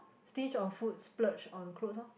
stinge on food splurge on clothes lor